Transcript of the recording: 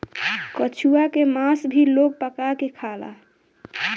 कछुआ के मास भी लोग पका के खाला